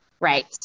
Right